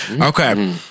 Okay